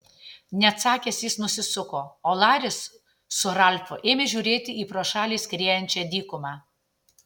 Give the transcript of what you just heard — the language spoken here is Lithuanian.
neatsakęs jis nusisuko o laris su ralfu ėmė žiūrėti į pro šalį skriejančią dykumą